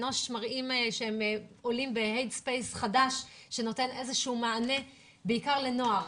אנוש מראים שהם עולים בהד ספייס חדש שנותן איזשהו מענה בעיקר לנוער.